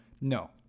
No